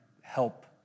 help